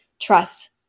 trust